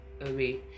away